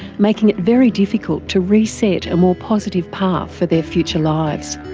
making it very difficult to reset a more positive path for their future lives.